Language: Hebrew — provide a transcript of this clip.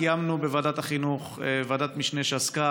קיימנו בוועדת החינוך ועדת משנה שעסקה